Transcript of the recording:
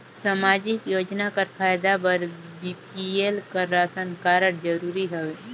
समाजिक योजना कर फायदा बर बी.पी.एल कर राशन कारड जरूरी हवे?